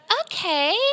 okay